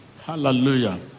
Hallelujah